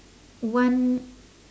one